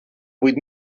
vuit